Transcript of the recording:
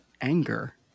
anger